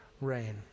rain